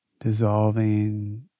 dissolving